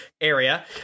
area